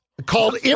Called